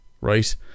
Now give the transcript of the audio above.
right